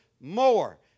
more